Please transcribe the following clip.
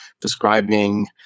describing